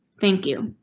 thank you.